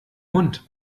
hund